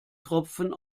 tropfen